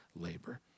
labor